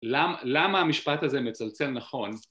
למה המשפט הזה מצלצל נכון?